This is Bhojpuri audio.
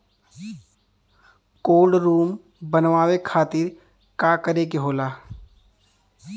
कोल्ड रुम बनावे खातिर का करे के होला?